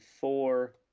four